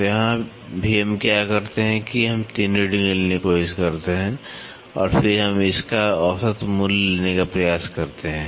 तो यहाँ भी हम क्या करते हैं कि हम 3 रीडिंग लेने की कोशिश करते हैं और फिर हम इसका औसत मूल्य लेने का प्रयास करते हैं